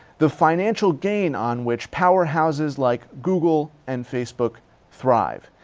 the financial gain on which powerhouses like google and facebook thrive.